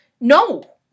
No